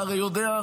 אתה הרי יודע,